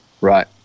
Right